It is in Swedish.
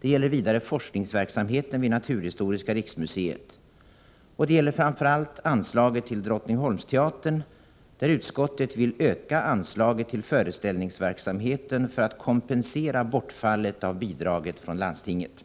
Det gäller vidare forskningsverksamheten vid naturhistoriska riksmuseet. Det gäller framför allt anslaget till Drottningholmsteatern, där utskottet vill öka anslaget till föreställningsverksamheten för att kompensera bortfallet av bidraget från landstinget.